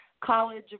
college